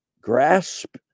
grasp